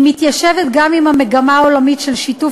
היא מתיישבת גם עם המגמה העולמית של שיתוף